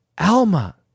Alma